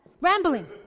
Rambling